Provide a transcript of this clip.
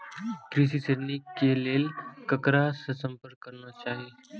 कृषि ऋण के लेल ककरा से संपर्क करना चाही?